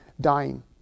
dying